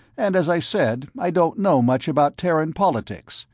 and as i said, i don't know much about terran politics,